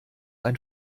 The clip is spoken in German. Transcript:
ein